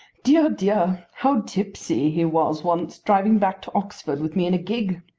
dear, dear, how tipsy he was once driving back to oxford with me in a gig.